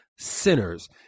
Sinners